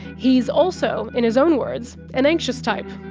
he is also, in his own words, an anxious type.